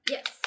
Yes